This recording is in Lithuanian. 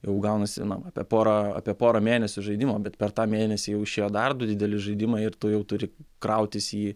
jau gaunasi na apie porą apie porą mėnesių žaidimo bet per tą mėnesį jau išėjo dar du dideli žaidimai ir tu jau turi krautis jį